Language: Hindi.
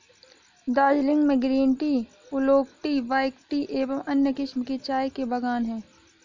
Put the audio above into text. दार्जिलिंग में green tea, oolong tea, white tea एवं अन्य किस्म के चाय के बागान हैं